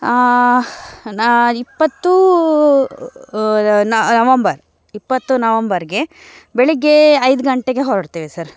ಆ ನಾ ಇಪ್ಪತ್ತು ನವಂಬರ್ ಇಪ್ಪತ್ತು ನವಂಬರ್ಗೆ ಬೆಳಗ್ಗೇ ಐದು ಗಂಟೆಗೆ ಹೊರಡ್ತೇವೆ ಸರ್